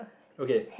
okay